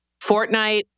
Fortnite